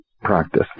practice